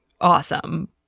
Awesome